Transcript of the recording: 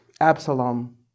Absalom